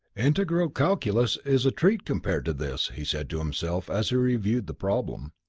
integral calculus is a treat compared to this, he said to himself as he reviewed the problem.